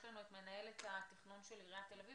יש לנו כאן את מנהלת התכנון של עיריית תל אביב,